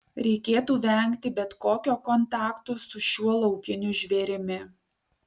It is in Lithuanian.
reikėtų vengti bet kokio kontakto su šiuo laukiniu žvėrimi